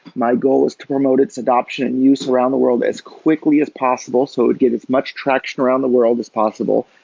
my goal was to promote its adoption and use around the world as quickly as possible, so it would get as much traction around the world as possible.